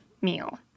meal